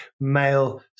male